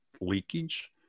leakage